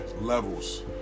Levels